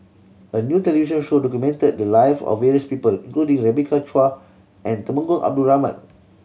a new television show documented the live of various people including Rebecca Chua and Temenggong Abdul Rahman